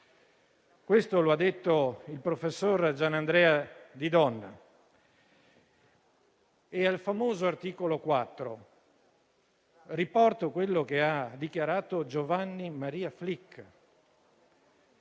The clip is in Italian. Questo lo ha detto il professore Gianandrea Di Donna. Al famoso articolo 4 riporto quanto ha dichiarato Giovanni Maria Flick.